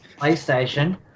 PlayStation